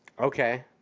Okay